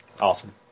Awesome